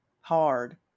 hard